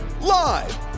Live